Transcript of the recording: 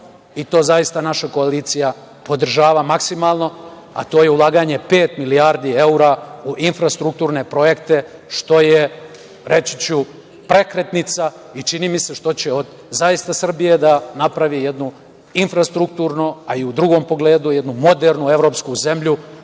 i to zaista naša koalicija podržava maksimalno, a to je ulaganje pet milijardi evra u infrastrukturne projekte što je, reći ću, prekretnica i čini mi se što će zaista od Srbija da napravi jednu infrastrukturno, a i u drugom pogledu jednu modernu evropsku zemlju,